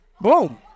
Boom